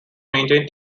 maintain